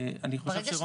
אני חושב..